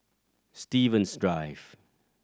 Stevens Drive